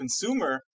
consumer